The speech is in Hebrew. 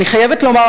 אני חייבת לומר,